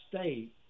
state